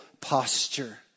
posture